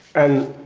and